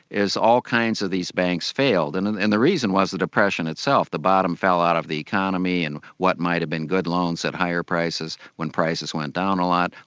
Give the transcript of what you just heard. is all kinds of these banks failed, and and and the reason was the depression itself the bottom fell out of the economy and what might have been good loans at higher prices, when prices went down a lot,